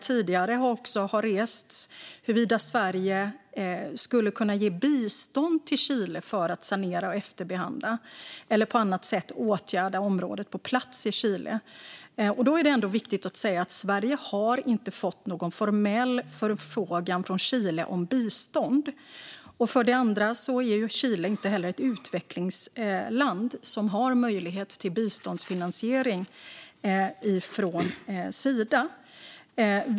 Frågan huruvida Sverige skulle kunna ge bistånd till Chile för att sanera, efterbehandla eller på annat sätt åtgärda området på plats i Chile har också rests. Det är viktigt att säga att Sverige inte har fått någon formell förfrågan från Chile om bistånd. Chile är inte heller ett utvecklingsland och har ingen möjlighet att få biståndsfinansiering från Sida.